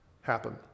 happen